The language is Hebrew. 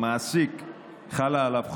חלה על המעסיק חובה,